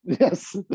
Yes